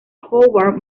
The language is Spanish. howard